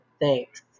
Thanks